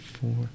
four